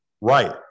right